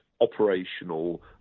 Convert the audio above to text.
operational